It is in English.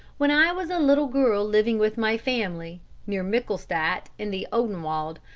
when i was a little girl living with my family near michelstadt in the odenwald,